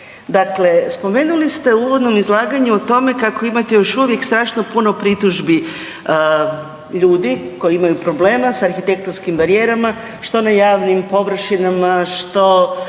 Dakle, spomenuli ste u uvodnom izlaganju o tome kako imate još uvijek strašno puno pritužbi ljudi koji imaju problema sa arhitektonskih barijerama što na javnim površinama, što